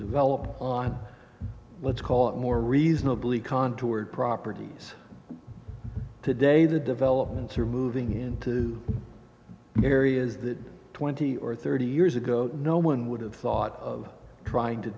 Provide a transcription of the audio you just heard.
develop let's call it more reasonably contoured properties today the developments are moving into areas that twenty or thirty years ago no one would have thought of trying to